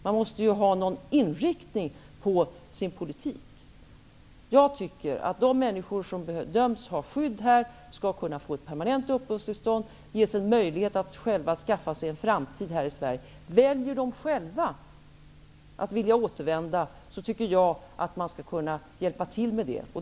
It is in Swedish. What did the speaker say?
Man måste väl ha någon inriktning på sin politik. Jag tycker att de människor som bedöms behöva skydd här skall kunna få permanent uppehållstillstånd och en möjlighet att själva skapa åt sig en framtid i Sverige. Väljer de själva att återvända, tycker jag att man skall kunna hjälpa till med det.